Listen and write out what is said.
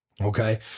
Okay